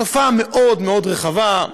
תופעה מאוד מאוד רחבה,